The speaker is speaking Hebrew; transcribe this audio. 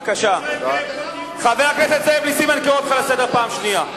חבר הכנסת זאב נסים, אני קורא לך לסדר פעם שנייה.